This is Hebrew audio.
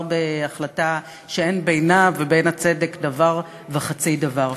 בהחלטה שאין בינה ובין הצדק דבר וחצי דבר.